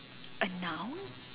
A noun